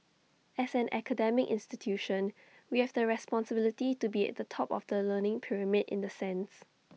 as an academic institution we have the responsibility to be at the top of the learning pyramid in the sense